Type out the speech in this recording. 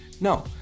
no